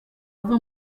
ava